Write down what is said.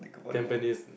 Tampines